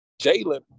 Jalen